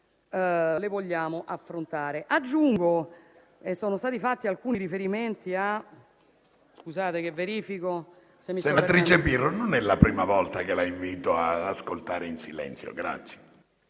le vogliamo affrontare.